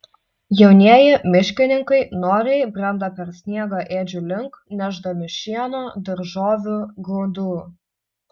jaunieji miškininkai noriai brenda per sniegą ėdžių link nešdami šieno daržovių grūdų